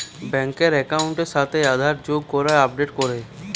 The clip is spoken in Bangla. ব্যাংকার একাউন্টের সাথে আধার যোগ করে আপডেট করে